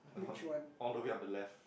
the one all the way on the left